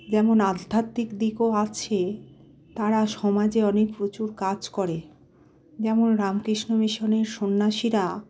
যেমন আধ্যাত্মিক দিকও আছে তারা সমাজে অনেক প্রচুর কাজ করে যেমন রামকৃষ্ণ মিশনের সন্ন্যাসীরা